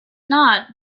not